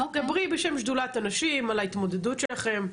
דברי בשם שדולת הנשים על ההתמודדות שלכם.